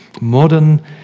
Modern